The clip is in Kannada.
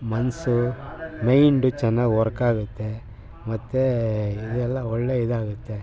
ಮನಸು ಮೈಂಡು ಚೆನ್ನಾಗಿ ವರ್ಕಾಗುತ್ತೆ ಮತ್ತು ಇದೆಲ್ಲ ಒಳ್ಳೆಯ ಇದಾಗುತ್ತೆ